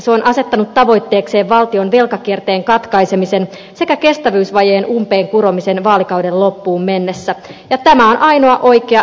se on asettanut tavoitteekseen valtion velkakierteen katkaisemisen sekä kestävyysvajeen umpeen kuromisen vaalikauden loppuun mennessä ja tämä on ainoa oikea järkevä ratkaisu